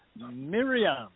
Miriam